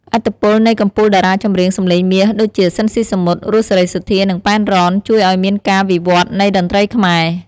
ឥទ្ធិពលនៃកំពូលតារ៉ាចម្រៀងសម្លេងមាស ដូចជា ស៊ីន ស៊ីសាមុត, រស់ សេរីសុទ្ធា, និង ប៉ែន រ៉ន ជួយអោយមានការវិវត្តន៍នៃតន្រ្តីខ្មែរ។